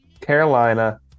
Carolina